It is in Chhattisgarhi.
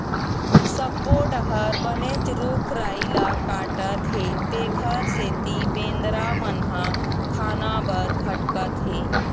सब्बो डहर बनेच रूख राई ल काटत हे तेखर सेती बेंदरा मन ह खाना बर भटकत हे